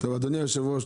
אדוני היושב-ראש,